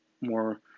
more